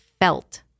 felt